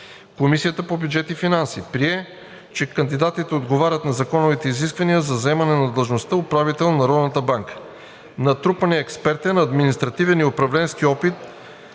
Комисията по бюджет и финанси прие, че кандидатите отговарят на законовите изисквания за заемане на длъжността управител на Българската народна банка. Натрупаният експертен, административен и управленски опит